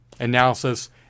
Analysis